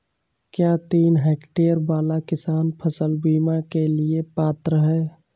क्या तीन हेक्टेयर वाला किसान फसल बीमा के लिए पात्र हैं?